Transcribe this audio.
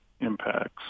impacts